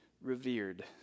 revered